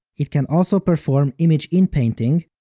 it can also perform image inpainting,